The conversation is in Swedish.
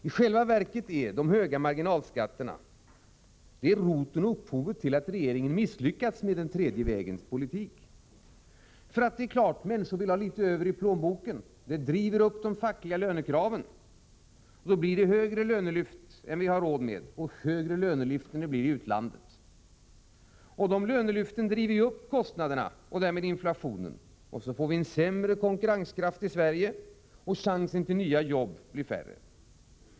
I själva verket är de höga marginalskatterna roten och upphovet till att regeringen misslyckats med den tredje vägens politik. Människor vill naturligtvis ha litet över i plånboken. Det driver upp de fackliga lönekraven, och följden blir lönelyft som är högre än vi har råd med och högre än lönelyften utomlands. Dessa lönelyft pressar självfallet upp kostnaderna och därmed inflationen, och så får vi en sämre konkurrenskraft i Sverige, och chansen till nya jobb minskar.